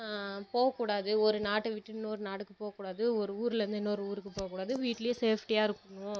போகக்கூடாது ஒரு நாட்டை விட்டு இன்னொரு நாட்டுக்கு போகக்கூடாது ஒரு ஊர்லேருந்து இன்னொரு ஊருக்கு போகக்கூடாது வீட்டிலேயே சேஃப்ட்டியாக இருக்கணும்